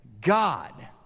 God